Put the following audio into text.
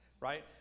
right